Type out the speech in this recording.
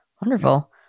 Wonderful